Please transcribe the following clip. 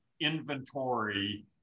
inventory